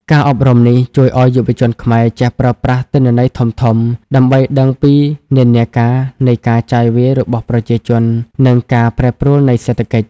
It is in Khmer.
ការអប់រំនេះជួយឱ្យយុវជនខ្មែរចេះប្រើប្រាស់ "ទិន្នន័យធំៗ" ដើម្បីដឹងពីនិន្នាការនៃការចាយវាយរបស់ប្រជាជន និងការប្រែប្រួលនៃសេដ្ឋកិច្ច។